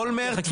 אולמרט,